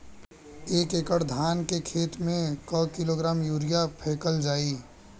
एक एकड़ धान के खेत में क किलोग्राम यूरिया फैकल जाई?